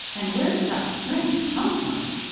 and where does that strength come from?